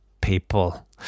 people